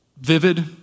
vivid